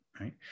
right